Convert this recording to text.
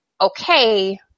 okay